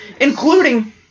Including